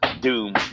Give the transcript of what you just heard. Doom